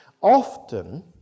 often